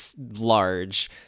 large